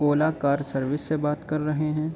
اولا car service سے بات کر رہے ہیں